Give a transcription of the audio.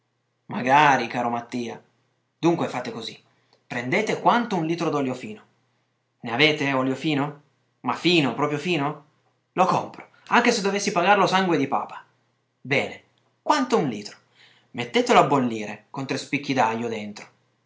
magari caro mattia dunque fate così prendete quanto un litro d'olio fino ne avete olio fino ma fino proprio fino lo compro anche se dovessi pagarlo sangue di papa bene quanto un litro mettetelo a bollire con tre spicchi d'aglio dentro